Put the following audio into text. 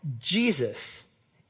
Jesus